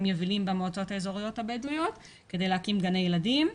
יבילים במועצות האזוריות הבדואיות כדי להקים גני ילדים,